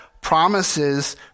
promises